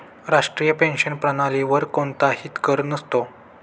राष्ट्रीय पेन्शन प्रणालीवर कोणताही कर नसतो